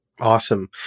Awesome